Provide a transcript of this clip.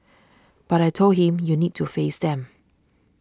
but I told him you need to face them